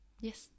Yes